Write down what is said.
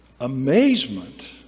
amazement